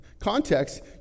context